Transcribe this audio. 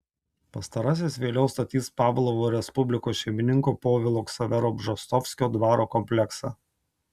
pastarasis vėliau statys pavlovo respublikos šeimininko povilo ksavero bžostovskio dvaro kompleksą